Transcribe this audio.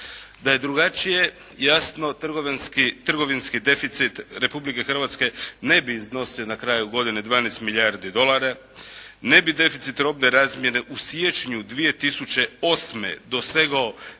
Da je drugačije, jasno trgovinski deficit Republike Hrvatske ne bi iznosio na kraju godine 12 milijardi dolara, ne bi deficit robne razmjene u siječnju 2008. dosegao